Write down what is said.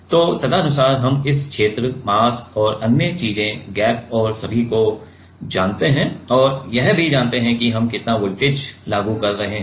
तो तदनुसार हम इस क्षेत्र मास और अन्य चीजे गैप और सभी को जानते हैं और यह भी जानते हैं कि हम कितना वोल्टेज लागू कर रहे हैं